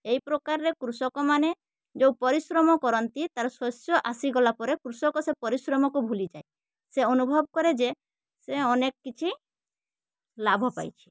ଏଇ ପ୍ରକାରରେ କୃଷକମାନେ ଯେଉଁ ପରିଶ୍ରମ କରନ୍ତି ତାର ଶସ୍ୟ ଆସିଗଲା ପରେ କୃଷକ ସେ ପରିଶ୍ରମକୁ ଭୁଲିଯାଏ ସେ ଅନୁଭବ କରେ ଯେ ସେ ଅନେକ କିଛି ଲାଭ ପାଇଛି